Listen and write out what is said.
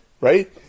right